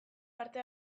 parte